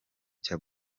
cya